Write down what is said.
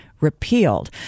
repealed